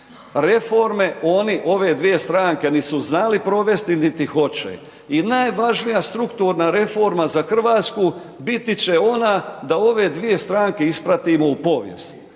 Reforme ove dvije stranke nit su znali provesti niti hoće. I najvažnija strukturna reforma za Hrvatsku biti će ona da ove dvije stranke ispratimo u povijest.